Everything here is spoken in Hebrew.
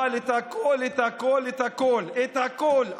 אבל את הכול, את הכול, את הכול, את הכול.